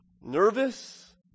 Nervous